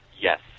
yes